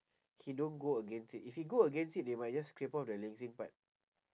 he don't go against it if he go against it they might just scrape off the ling xin part